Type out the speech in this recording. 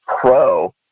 pro